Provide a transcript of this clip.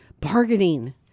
bargaining